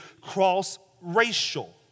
cross-racial